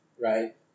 right